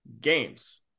games